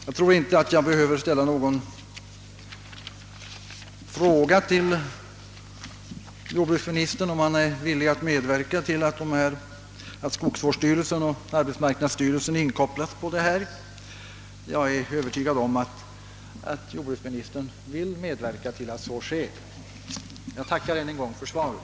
Jag tror inte jag behöver ställa någon fråga till jordbruksministern, huruvida han är villig att medverka till att skogsvårdsstyrelsen och <arbetsmarknadsstyrelsen kopplas in. Jag är övertygad om att jordbruksministern vill medverka till att så sker, och jag ber att än en gång få tacka för svaret.